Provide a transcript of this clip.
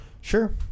sure